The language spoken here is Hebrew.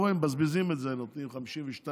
אתה רואה שמבזבזים את זה ונותנים 52 מיליארד